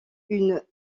une